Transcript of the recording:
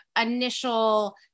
initial